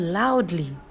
loudly